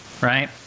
right